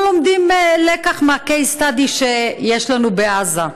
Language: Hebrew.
לומדים לקח מה-case study שיש לנו בעזה.